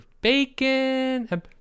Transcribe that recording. bacon